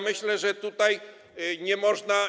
Myślę, że tutaj nie można.